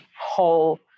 whole